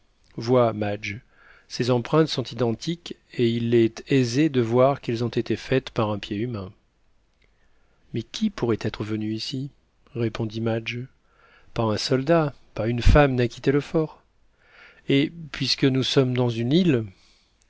madge ces empreintes sont identiques et il est aisé de voir qu'elles ont été faites par un pied humain mais qui pourrait être venu ici répondit madge pas un soldat pas une femme n'a quitté le fort et puisque nous sommes dans une île